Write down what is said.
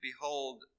Behold